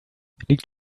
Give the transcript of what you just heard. liegt